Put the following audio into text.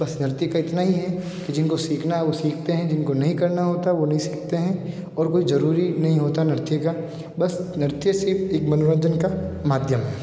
बस नृत्य का इतना ही है कि जिनको सीखना है वो सीखते हैं जिनको नहीं करना होता है वो नहीं सीखते हैं और कोई ज़रूरी नहीं होता नृत्य का बस नृत्य सिर्फ़ एक मनोरंजन का माध्यम है